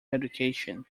education